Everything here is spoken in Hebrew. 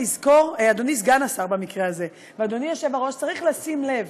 אדוני סגן השר, אדוני היושב-ראש, צריך לשים לב.